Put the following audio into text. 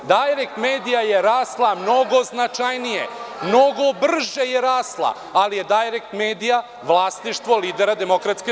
Dajrek medija“ je rasla mnogo značajnije, mnogo brže je rasla, ali je ona vlasništvo lidera DS.